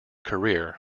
career